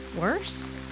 worse